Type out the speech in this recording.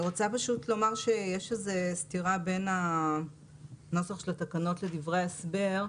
אני רוצה לומר שיש איזו סתירה בין הנוסח של התקנות לדברי ההסבר,